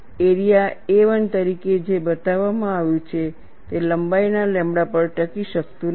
area A 1 તરીકે જે બતાવવામાં આવ્યું છે તે લંબાઈના લેમ્બડા પર ટકી શકતું નથી